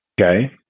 Okay